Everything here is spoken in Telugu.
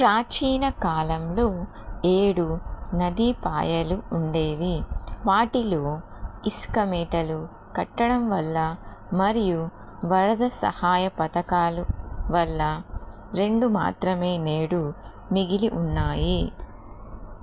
ప్రాచీన కాలంలో ఏడు నదీ పాయలు ఉండేవి వాటిలో ఇసుక మేటలు కట్టడం వల్ల మరియు వరద సహాయ పథకాలు వల్ల రెండు మాత్రమే నేడు మిగిలి ఉన్నాయి